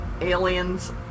aliens